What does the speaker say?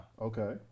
Okay